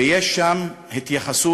ויש שם התייחסות